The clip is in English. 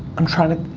i'm trying to,